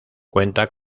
cuenta